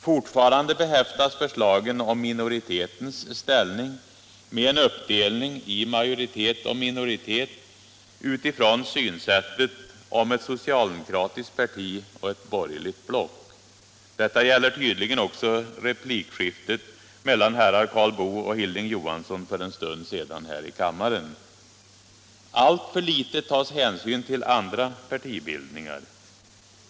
Fortfarande behäftas förslagen om minoritetens ställning med en uppdelning i majoritet och minoritet utifrån synsättet om ett socialdemokratiskt parti och ett borgerligt block. Detta gäller tydligen också replikskiftet mellan herrar Karl Boo och Hilding Johansson för en stund sedan i kammaren. Alltför liten hänsyn tas till andra partibildningar.